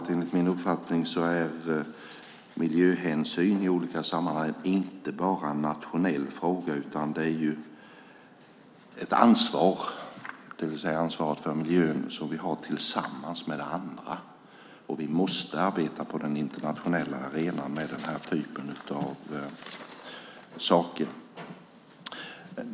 Enligt min uppfattning är miljöhänsyn i olika sammanhang inte bara en nationell fråga, utan det är ett ansvar. Ansvaret för miljön har vi tillsammans med andra. Vi måste arbeta på den internationella arenan med den här typen av saker.